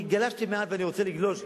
אני כבר, לא, כי גלשתי מעט ואני רוצה לגלוש.